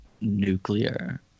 Nuclear